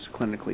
clinically